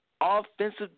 offensive